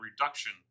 reduction